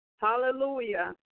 Hallelujah